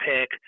pick